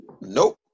Nope